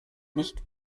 nicht